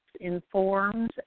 informs